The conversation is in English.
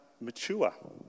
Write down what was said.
mature